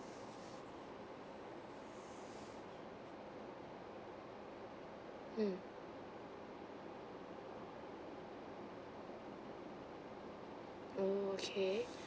mm oo okay